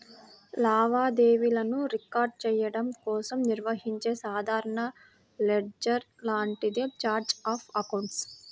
లావాదేవీలను రికార్డ్ చెయ్యడం కోసం నిర్వహించే సాధారణ లెడ్జర్ లాంటిదే ఛార్ట్ ఆఫ్ అకౌంట్స్